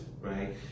right